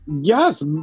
Yes